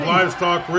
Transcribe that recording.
Livestock